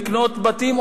לקנות בתים,